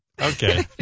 Okay